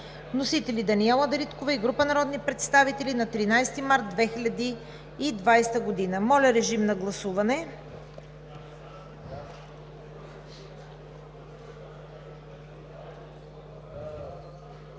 Вносители: Даниела Дариткова и група народни представители на 13 март 2020 г. Моля, режим на гласуване.